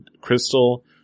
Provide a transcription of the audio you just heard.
Crystal